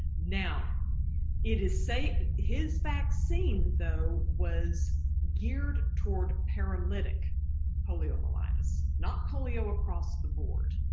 now it is say his vaccine though was geared toward paralytic poliomyelitis not polio across the board.